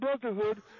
brotherhood